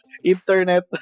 internet